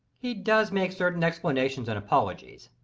he does make certain explanations and apologies.